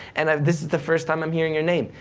and i've, this is the first time i'm hearing your name?